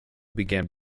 began